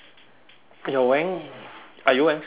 you're wearing are you wearing slippers